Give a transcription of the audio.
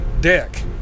dick